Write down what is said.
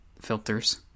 filters